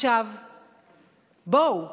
בואו,